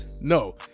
No